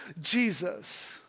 Jesus